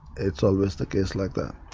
it's always the case like that.